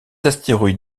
astéroïdes